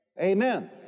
Amen